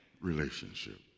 relationship